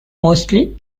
mostly